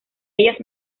ellas